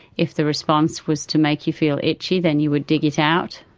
if the response was to make you feel itchy then you would dig it out.